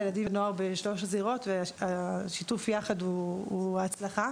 ילדים ונוער בשלוש הזירות והשיתוף יחד הוא הצלחה.